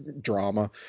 drama